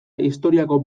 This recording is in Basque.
historiako